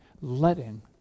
letting